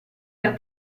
del